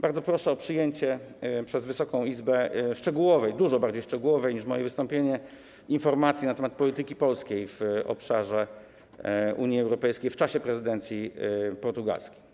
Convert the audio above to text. Bardzo proszę o przyjęcie przez Wysoką Izbę szczegółowej, dużo bardziej szczegółowej niż moje wystąpienie, informacji na temat polityki polskiej w obszarze Unii Europejskiej w czasie prezydencji portugalskiej.